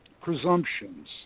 presumptions